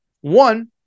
One